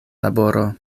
laboro